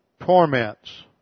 Torments